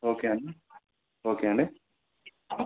okay అండి okay అండి